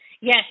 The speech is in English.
Yes